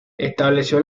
estableció